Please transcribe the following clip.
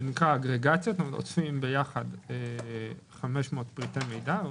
זה נקרא אגרגציה: אוספים ביחד 500 פרטי מידע,